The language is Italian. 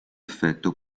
effetto